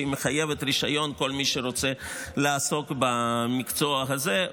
שהיא מחייבת רישיון לכל מי שרוצה לעסוק במקצוע הזה,